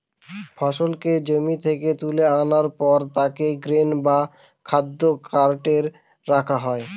ফসলকে জমি থেকে তুলে আনার পর তাকে গ্রেন বা খাদ্য কার্টে রাখা হয়